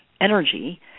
energy